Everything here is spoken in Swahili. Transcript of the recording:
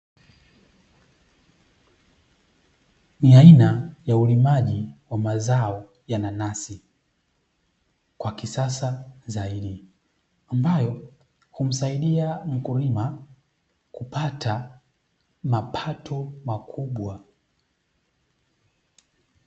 Ni aina ya ulimaji wa mazao ya nanasi kwa kisasa zaidi, ambayo humsaidia mkulima kupata mapato makubwa.